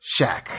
Shaq